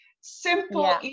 simple